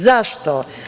Zašto?